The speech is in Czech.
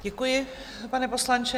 Děkuji, pane poslanče.